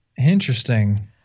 Interesting